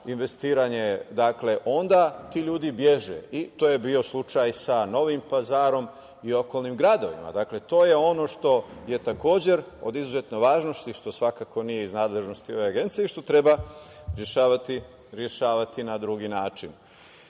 investiranje, onda ti ljudi beže. To je bio slučaj sa Novim Pazarom i okolnim gradovima. Dakle, to je ono što je takođe od izuzetne važnosti, što svakako nije iz nadležnosti ove Agencije i što treba rešavati na drugi način. Uputio